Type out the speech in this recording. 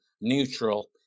neutral